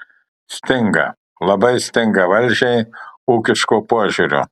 stinga labai stinga valdžiai ūkiško požiūrio